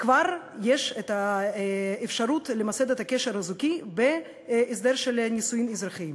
כבר יש אפשרות למסד את הקשר הזוגי בהסדר של נישואים אזרחיים,